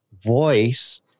voice